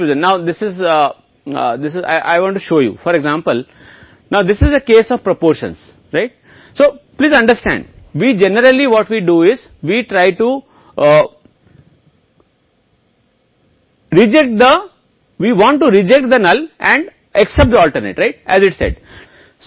इसलिए कुछ वैकल्पिक है कि शोधकर्ता चाहता है वह इस बात को स्वीकार करना चाहता है वैकल्पिक रूप से मूल रूप से ठीक साबित करने के लिए